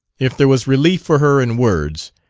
if there was relief for her in words,